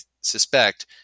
suspect